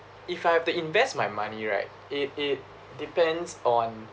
if I have to invest my money right it it depends on